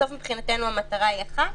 11:44) מבחינתנו המטרה היא אחת,